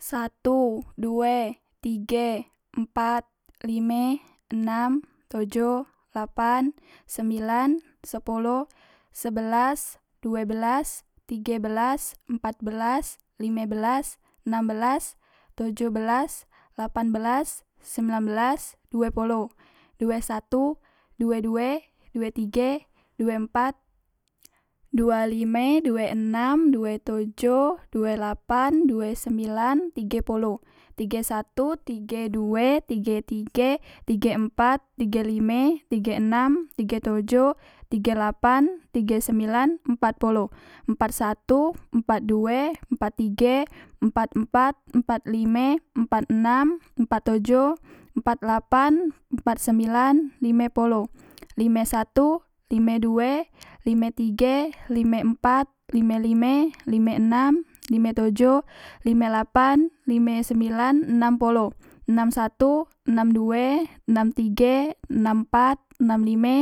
Satu due tige empat lime enam tojo lapan sembilan sepolo sebelas due belas tige belas empat belas lime belas enam belas tojo belas lapan belas sembilan belas due polo due satu due due due tige due empat dua lime due enam due tojo due lapan due sembilan tige polo tige satu tige due tige empat tige lime tige enam tige tojo tige lapan tige sembilan empat polo empat satu empat due empat tige empat empat empat lime empat enam empat tojo empat lapan empat sembilan lime polo lime satu lime due lime tige lime empat lime lime lime enam lime tojo lime lapan lime sembilan enam polo enam satu enam due enam tige enam empat enam lime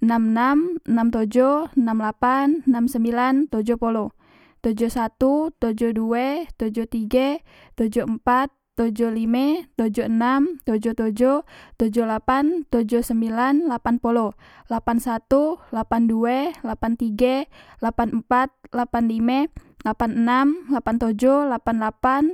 enam enam enam tojo enam lapan enam sembilan tojo polo tojo satu tojo due tojo tige tojo empat tojo lime tojo enam tojo tojo tojo lapan tojo sembilan lapan polo lapan satu lapan due lapan tige lapan empat lapan lime lapan enam lapan tojo lapan lapan